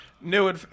new